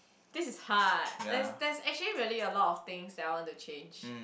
this is hard that's that's actually really a lot of things that I want to change